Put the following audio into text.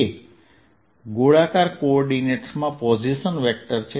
તે ગોળાકાર કોઓર્ડિનેટ્સમાં પોઝિશન વેક્ટર છે